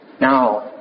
now